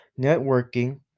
networking